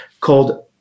called